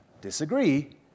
disagree